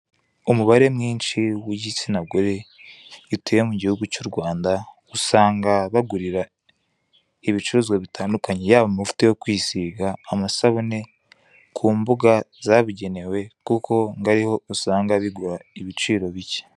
Umubare mwinshi w'igitsina gore batuye mu gihugu cy'u Rwanda usanga bagurira ibicuruzwa bitandukanye yaba amavuta yo kwisiga, amasabune ku mbuga zabugenewe kuko ngo ariho usanga bigura ibiciro bike.